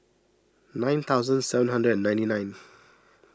nine thousand seven hundred and ninety nine